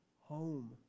home